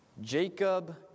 Jacob